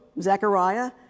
Zechariah